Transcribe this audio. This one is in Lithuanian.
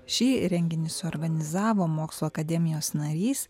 šį renginį suorganizavo mokslų akademijos narys